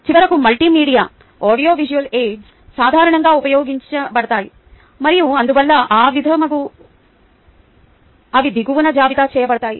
చివరకు multimedia audio visual aids సాధారణంగా ఉపయోగించబడతాయి మరియు అందువల్ల అవి దిగువన జాబితా చేయబడతాయి